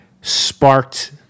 sparked